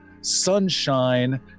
sunshine